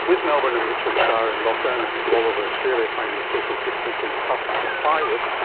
with melbourne and mitchell shire in lockdown and people all over australia finding social distancing tough to comply with,